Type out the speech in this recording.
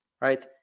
right